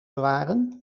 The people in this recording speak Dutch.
bewaren